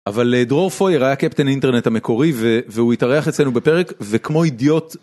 אבל דרור פויר היה קפטן אינטרנט המקורי והוא התארח אצלנו בפרק וכמו אידיוט